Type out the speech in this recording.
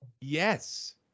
Yes